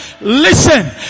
Listen